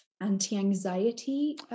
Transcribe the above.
anti-anxiety